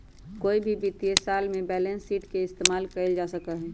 कोई भी वित्तीय साल में बैलेंस शीट के इस्तेमाल कइल जा सका हई